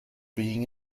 being